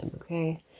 okay